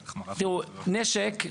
נשק,